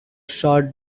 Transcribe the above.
short